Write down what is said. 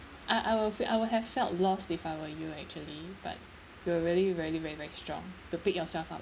I I would fee~ I would have felt lost if I were you actually but you were really really very very strong to pick yourself up